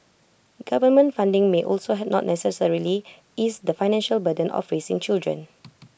government funding may also not necessarily ease the financial burden of raising children